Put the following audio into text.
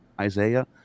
Isaiah